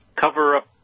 cover-up